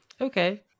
okay